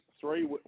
Three